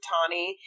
Tawny